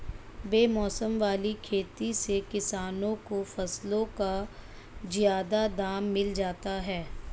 बेमौसम वाली खेती से किसानों को फसलों का ज्यादा दाम मिल जाता है